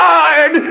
God